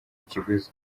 ikiguzi